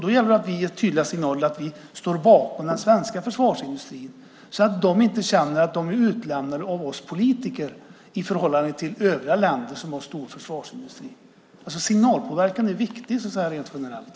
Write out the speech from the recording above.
Det gäller att vi ger tydliga signaler att vi står bakom den svenska försvarsindustrin så att den inte känner att den är utlämnad av oss politiker i förhållande till övriga länder som har en stor försvarsindustri. Signalpåverkan är viktigt rent generellt.